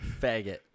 faggot